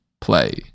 play